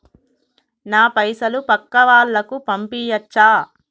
నా పైసలు పక్కా వాళ్ళకు పంపియాచ్చా?